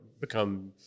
become